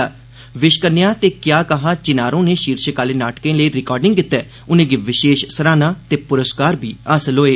'विश कन्या' ते 'क्या कहा चिनारों ने' षीर्शक आहले नाटकें लेई रिकार्डिंग गितै उनें'गी विषेश सराहना ते पुरस्कार बी हासल होए